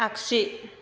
आगसि